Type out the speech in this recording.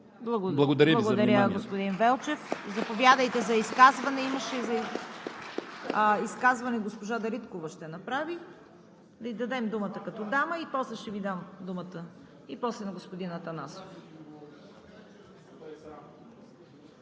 Благодаря Ви за вниманието.